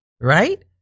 right